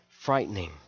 Frightening